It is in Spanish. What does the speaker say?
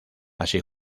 así